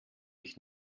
ich